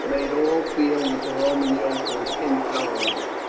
made all feel that the roman yoke was intolerable.